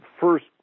first